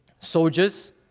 Soldiers